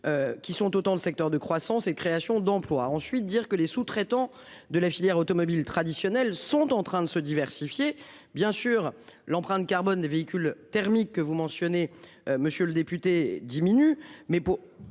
Qui sont autant de secteurs de croissance et création d'emplois. Ensuite dire que les sous-traitants de la filière automobile traditionnels sont en train de se diversifier. Bien sûr l'empreinte carbone des véhicules thermiques que vous mentionnez. Monsieur le député diminue